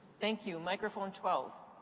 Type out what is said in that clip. thank you. microphone twelve.